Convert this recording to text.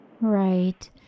Right